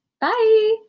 Bye